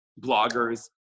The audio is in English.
bloggers